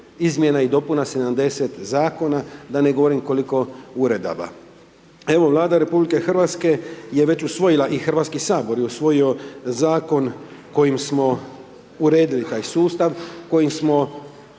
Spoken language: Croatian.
izmjena i dopuna, 70 zakonima, da ne govorim, koliko uredaba. Evo Vlada RH, je već usvojila i Hrvatski sabor je usvojio zakon koji smo uredili taj sustav, koji smo